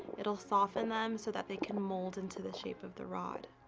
it'll soften them so that they can mold into the shape of the rod.